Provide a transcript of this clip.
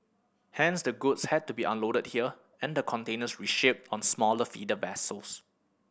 hence the goods had to be unloaded here and the containers reshipped on smaller feeder vessels